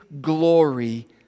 glory